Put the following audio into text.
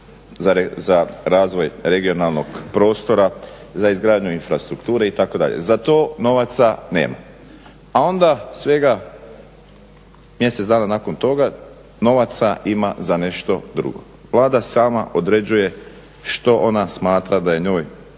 za razvoj regionalnog prostora, za izgradnju infrastrukture itd. Za to novaca nema. A onda svega mjesec dana nakon toga novaca ima za nešto drugo. Vlada sama određuje što ona smatra da je njoj